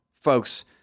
folks